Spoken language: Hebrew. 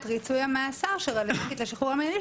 ריצוי המאסר שרלוונטית לשחרור המינהלי,